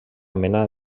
mena